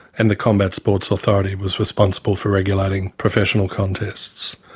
and the combat sports authority was responsible for regulating professional contests.